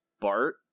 Bart